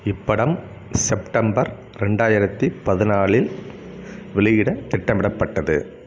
இப்படம் செப்டம்பர் ரெண்டாயிரத்தி பதினாலில் வெளியிட திட்டமிடப்பட்டது